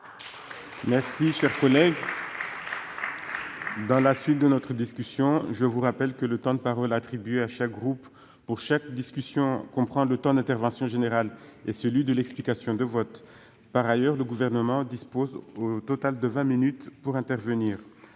Mes chers collègues, je vous rappelle que le temps de parole attribué à chaque groupe pour chaque unité de discussion comprend le temps d'intervention générale et celui de l'explication de vote. Par ailleurs, le Gouvernement dispose au total de vingt minutes pour intervenir.